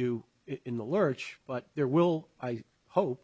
you in the lurch but there will i hope